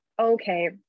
okay